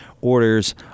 orders